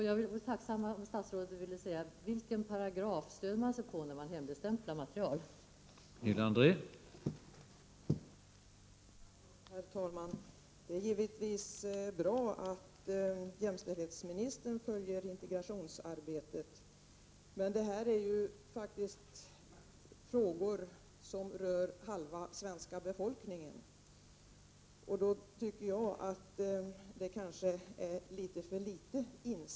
Jag vore alltså tacksam om statsrådet ville säga vilken paragraf man stöder sig på då man hemligstämplar material i denna fråga.